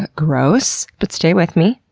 gross! but stay with me.